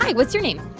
like what's your name?